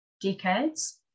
decades